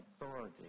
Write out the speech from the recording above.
authority